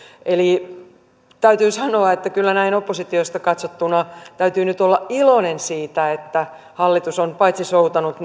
eli täytyy sanoa että kyllä näin oppositiosta katsottuna täytyy nyt olla iloinen siitä että hallitus on paitsi soutanut